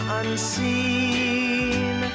unseen